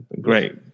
great